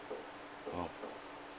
oh